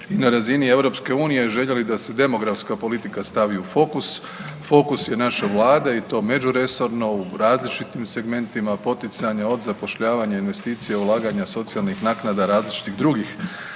i na razini EU željeli da se demografska politika stavi u fokus, fokus je naša Vlada i to međuresorno u različitim segmentima poticanja, od zapošljavanja, investicija, ulaganja, socijalnih naknada, različitih drugih